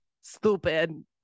stupid